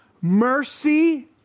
mercy